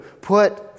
put